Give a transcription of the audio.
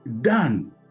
done